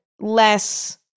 less